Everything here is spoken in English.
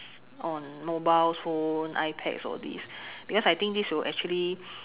on mobile phone iPad all these because I think these will actually